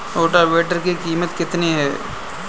Rotavator की कीमत कितनी है?